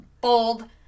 bold